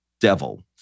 devil